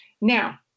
Now